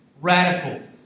radical